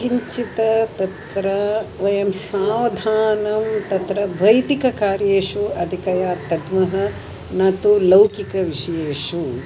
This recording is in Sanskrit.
किञ्चित् तत्र वयं सावधानं तत्र वैदिककार्येषु अधिकतया दद्मः न तु लौकिकविषयेषु